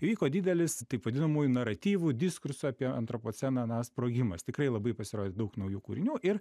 vyko didelis taip vadinamųjų naratyvų diskursų apie antropoceną na sprogimas tikrai labai pasirodė daug naujų kūrinių ir